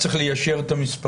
אבל צריך ליישר את המספרים.